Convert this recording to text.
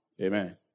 Amen